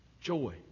Joy